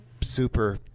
super